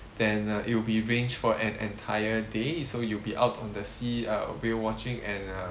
then uh it'll be ranged for an entire day so you'll be out on the sea uh whale watching and uh